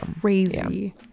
crazy